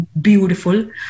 beautiful